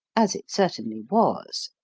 as it certainly was.